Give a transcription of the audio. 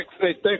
thanks